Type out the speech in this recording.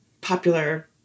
popular